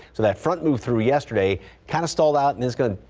so that front moved through yesterday kind of stalled out and is good.